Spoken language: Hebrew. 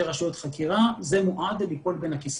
רשויות חקירה זה מועד ליפול בין הכיסאות,